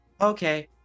Okay